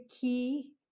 key